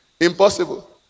Impossible